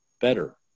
better